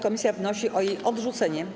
Komisja wnosi o jej odrzucenie.